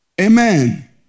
Amen